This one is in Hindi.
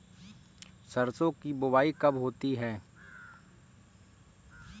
सरसों की बुआई कब होती है?